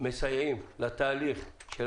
מסייעים לתהליך של